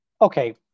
Okay